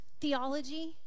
theology